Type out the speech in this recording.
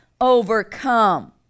overcome